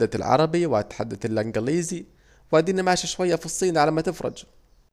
هتحدد العربي وهتحدد الانجليزي واديني ماشي شوية في الصيني على ما تفرج